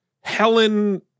Helen